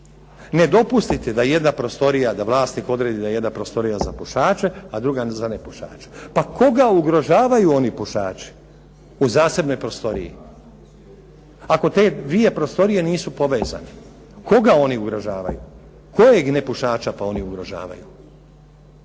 ne dopustite da jedna prostorija, da vlasnik odredi da je jedna prostorija za pušače, a druga za nepušače? Pa koga ugrožavaju oni pušači u zasebnoj prostoriji, ako te dvije prostorije nisu povezane? Koga oni ugrožavaju? Kojeg nepušača pa oni ugrožavaju?